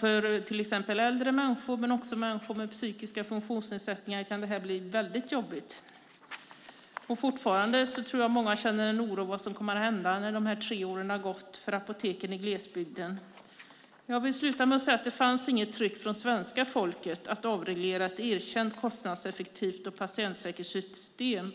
För till exempel äldre människor och människor med psykiska funktionsnedsättningar kan det här bli väldigt jobbigt. Och jag tror fortfarande att många känner en oro för vad som kommer att hända, när de här tre åren har gått, med apoteken i glesbygden. Jag vill avsluta med att säga att det inte fanns något tryck från svenska folket på att man skulle avreglera ett erkänt kostnadseffektivt och patientsäkert system.